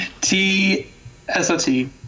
T-S-O-T